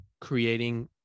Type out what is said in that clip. creating